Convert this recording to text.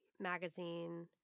magazine